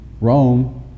Rome